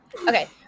okay